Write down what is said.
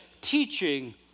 teaching